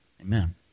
Amen